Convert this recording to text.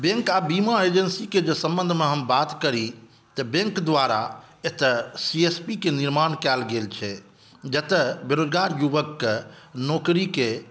bank आ बीमा एजेन्सीक सम्बंधमे जे हम बात करी तऽ बैंक द्वारा एतय सी एस पीक निर्माण कयल गेल छै जतय बेरोज़गार युवकके नौकरीकेॅं